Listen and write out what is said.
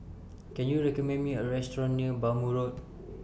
Can YOU recommend Me A Restaurant near Bhamo Road